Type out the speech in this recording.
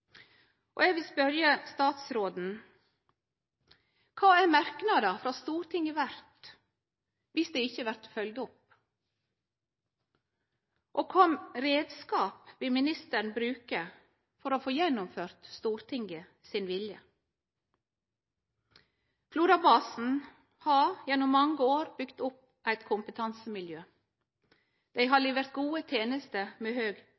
Eg vil spørje statsråden: Kva er merknadar frå Stortinget verde, dersom dei ikkje vert følgde opp? Og kva reiskap vil ministeren bruke for å få gjennomført Stortinget sin vilje? Florabasen har gjennom mange år bygd opp eit kompetansemiljø. Dei har levert gode tenester med høg